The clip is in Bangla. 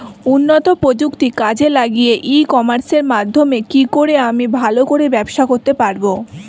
উন্নত প্রযুক্তি কাজে লাগিয়ে ই কমার্সের মাধ্যমে কি করে আমি ভালো করে ব্যবসা করতে পারব?